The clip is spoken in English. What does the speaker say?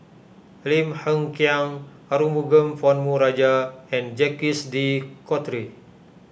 Lim Hng Kiang Arumugam Ponnu Rajah and Jacques De Coutre